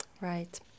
right